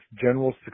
general